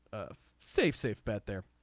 safe safe bet there